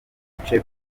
ibice